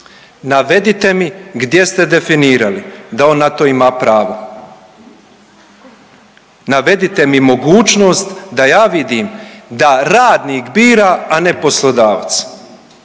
vas/…navedite mi gdje ste definirali da on na to ima pravo, navedite mi mogućnost da ja vidim da radnik bira, a ne poslodavac.